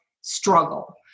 struggle